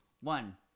one